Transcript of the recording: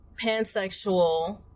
pansexual